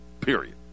period